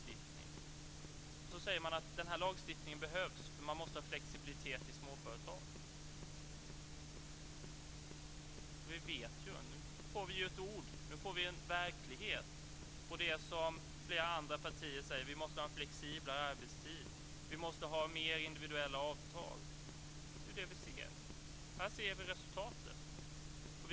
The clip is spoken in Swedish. Man säger att lagstiftningen behövs därför att man måste ha flexibilitet i småföretagen. Nu ser vi verkligheten bakom det som flera andra partier talar om, dvs. att vi måste ha en flexiblare arbetstid och fler individuella avtal. Här ser vi resultatet.